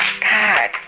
God